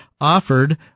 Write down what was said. offered